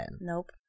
Nope